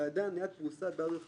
ואדם עם יד פרוסה, יד רחבה,